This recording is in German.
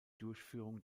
durchführung